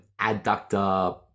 adductor